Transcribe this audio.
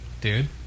dude